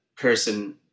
person